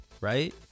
right